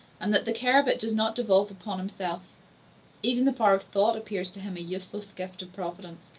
and that the care of it does not devolve upon himself even the power of thought appears to him a useless gift of providence,